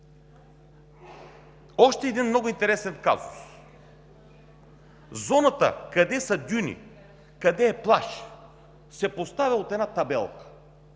Още един много интересен казус. Зоната – къде са дюни, къде е плаж, се поставя с една табелка.